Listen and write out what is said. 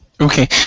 Okay